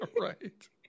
Right